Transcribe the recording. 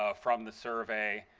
ah from the survey.